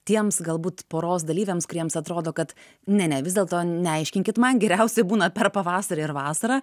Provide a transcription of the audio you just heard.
tiems galbūt poros dalyviams kuriems atrodo kad ne ne vis dėlto neaiškinkit man geriausiai būna per pavasarį ir vasarą